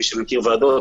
למי שמכיר ועדות,